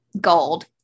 gold